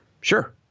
Sure